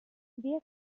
dia